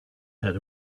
had